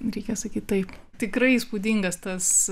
reikia sakyti taip tikrai įspūdingas tas